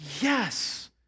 Yes